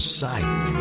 sight